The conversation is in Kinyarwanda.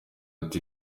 ati